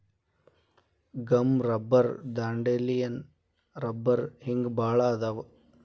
gum rubber dandelion rubber ಹಿಂಗ ಬಾಳ ಅದಾವ